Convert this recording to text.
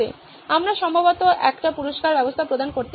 আমরা সম্ভবত একটি পুরস্কার ব্যবস্থা প্রদান করতে পারি